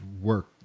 work